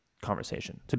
conversation